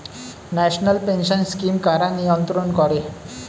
National pension scheme কারা নিয়ন্ত্রণ করে?